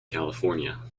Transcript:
california